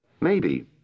Maybe